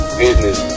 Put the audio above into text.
business